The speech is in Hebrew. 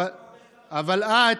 אבל את,